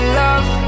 love